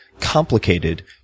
complicated